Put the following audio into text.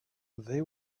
they